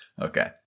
Okay